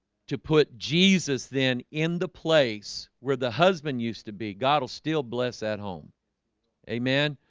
to put jesus then in the place where the husband used to be. god will still bless at home amen,